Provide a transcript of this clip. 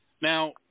Now